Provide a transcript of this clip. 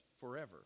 forever